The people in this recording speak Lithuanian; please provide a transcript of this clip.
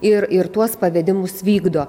ir ir tuos pavedimus vykdo